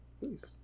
Please